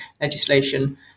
legislation